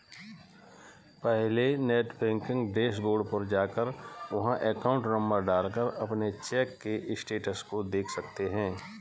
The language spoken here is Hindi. पहले नेटबैंकिंग डैशबोर्ड पर जाकर वहाँ अकाउंट नंबर डाल कर अपने चेक के स्टेटस को देख सकते है